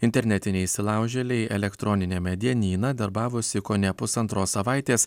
internetiniai įsilaužėliai elektroniniame dienyną darbavosi kone pusantros savaitės